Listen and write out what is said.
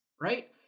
right